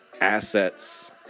assets